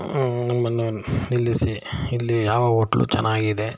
ನಮ್ಮನ್ನು ನಿಲ್ಲಿಸಿ ಇಲ್ಲಿ ಯಾವ ಓಟ್ಲು ಚೆನ್ನಾಗಿದೆ